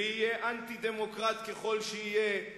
ויהיה אנטי-דמוקרט ככל שיהיה,